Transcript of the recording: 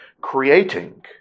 creating